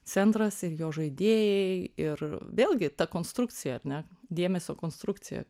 centras ir jo žaidėjai ir vėlgi ta konstrukcija ar ne dėmesio konstrukcija